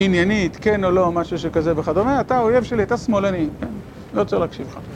עניינית, כן או לא, משהו שכזה וכדומה, אתה האויב שלי, אתה שמאלני, לא רוצה להקשיב לך.